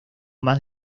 más